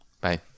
Bye